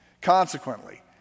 Consequently